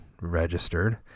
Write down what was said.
registered